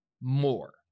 more